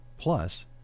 Plus